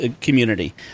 community